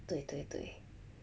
对对对